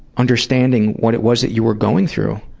understanding what it was that you were going through.